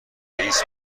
رئیس